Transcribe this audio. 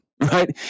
Right